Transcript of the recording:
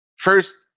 First